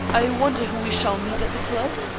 i wonder who we shall meet at the club.